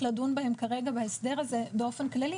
לדון בהן כרגע בהסדר הזה באופן כללי,